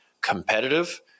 competitive